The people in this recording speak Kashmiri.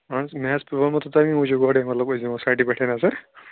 اَہَن حظ مےٚ حظ ووٚنمو تۄہہِ تَمی موجوٗب گۄڈَے مطلب أسۍ دِمو سایٹہِ پٮ۪ٹھٕے نظر